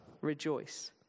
Rejoice